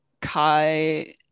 Kai